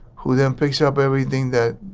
who then picks up everything that.